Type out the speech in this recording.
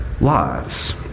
lives